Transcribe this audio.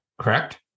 Correct